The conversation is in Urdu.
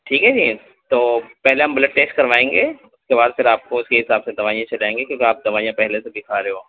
ٹھیک ہے جی تو پہلے ہم بلڈ ٹیسٹ کروائیں گے اس کے بعد پھر آپ کو اسی حساب سے دوائیاں چلائیں گے کیونکہ آپ دوائیاں پہلے سے بھی کھا رہے ہو